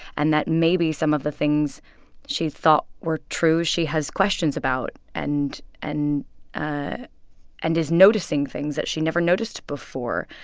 and that maybe some of the things she thought were true she has questions about and and ah and is noticing things that she never noticed before,